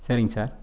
சரிங்க சார்